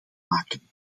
maken